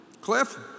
Cliff